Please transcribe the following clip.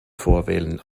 vorwählen